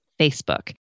Facebook